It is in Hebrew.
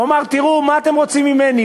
הוא אמר: תראו, מה אתם רוצים ממני?